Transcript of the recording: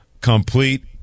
complete